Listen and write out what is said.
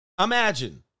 Imagine